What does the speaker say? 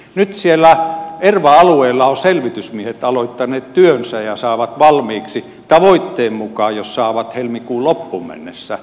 nyt siellä erva alueilla ovat selvitysmiehet aloittaneet työnsä ja saavat sen valmiiksi jos saavat tavoitteen mukaan helmikuun loppuun mennessä